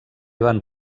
van